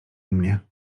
mnie